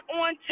on